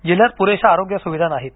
जिल्ह्यात पुरेशा आरोग्य सुविधा नाहीत